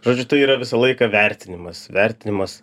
žodžiu tai yra visą laiką vertinimas vertinimas